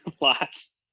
lots